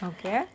Okay